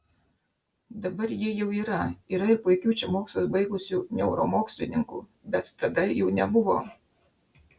dabar ji jau yra yra ir puikių čia mokslus baigusių neuromokslininkų bet tada jų nebuvo